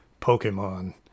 Pokemon